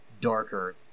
darker